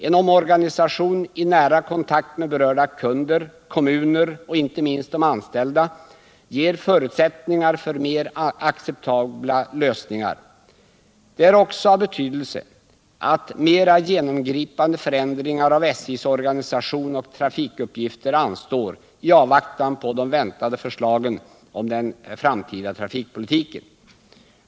En omorganisation i nära kontakt med berörda kunder, kommuner och inte minst de anställda ger förutsättningar för mer acceptabla lösningar. Det är också av betydelse att mera genomgripande förändrir.gar av SJ:s organisation och trafikuppgifter anstår i avvaktan på de väntade förslagen om den framtida trafikpolitiken.